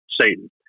Satan